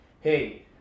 Hey